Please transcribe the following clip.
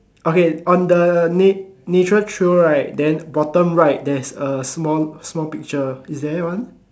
okay on the natural trail right then then bottom right there's a small picture is there one